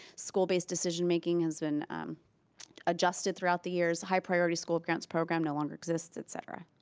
school based decision making has been adjusted throughout the years, high priority school grants program no longer exists, et cetera.